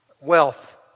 wealth